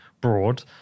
broad